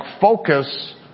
focus